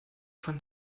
von